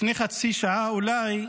לפני חצי שעה אולי,